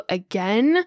again